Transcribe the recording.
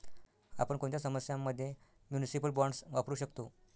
आपण कोणत्या समस्यां मध्ये म्युनिसिपल बॉण्ड्स वापरू शकतो?